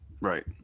Right